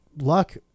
Luck